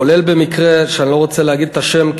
כולל במקרה שאיני רוצה לומר את השם,